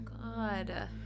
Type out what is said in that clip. God